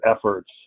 efforts